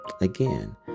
Again